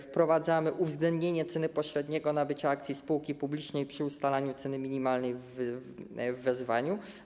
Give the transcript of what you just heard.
Wprowadzamy uwzględnienie ceny pośredniego nabycia akcji spółki publicznej przy ustalaniu ceny minimalnej w wezwaniu.